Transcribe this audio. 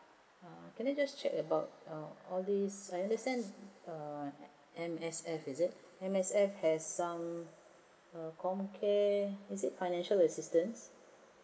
ah can I just check about uh all these I understand err M_S_F is it M_S_F has some err comcare is it financial assistance